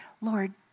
Lord